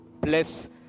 bless